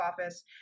office